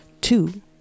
Two